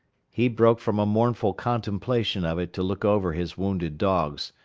he broke from a mournful contemplation of it to look over his wounded dogs.